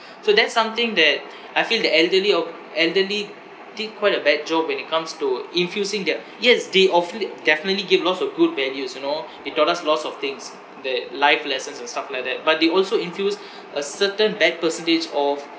so that's something that I feel the elderly of elderly did quite a bad job when it comes to infusing their yes day of li~ definitely give lots of good values you know they taught us lots of things their life lessons and stuff like that but they also infuse a certain bad perspectives of